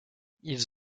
ils